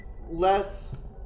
less